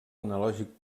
analògic